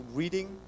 reading